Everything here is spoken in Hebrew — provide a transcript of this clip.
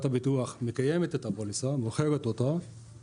קרן לנזקי טבע זה משהו אחר,